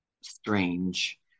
strange